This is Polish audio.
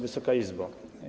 Wysoka Izbo!